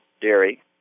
dairy